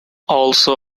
also